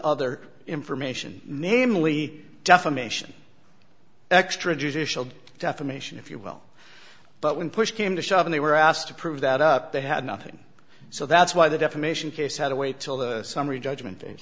other information namely defamation extrajudicial defamation if you will but when push came to shove and they were asked to prove that up they had nothing so that's why the defamation case had to wait till the summary judgment